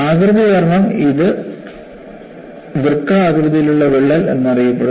ആകൃതി കാരണം ഇത് വൃക്ക ആകൃതിയിലുള്ള വിള്ളൽ എന്നറിയപ്പെടുന്നു